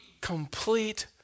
complete